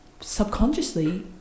subconsciously